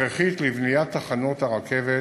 הכרחית לבניית תחנות רכבת